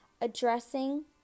addressing